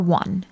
one